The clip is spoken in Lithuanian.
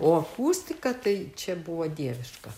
o akustika tai čia buvo dieviška